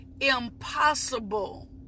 impossible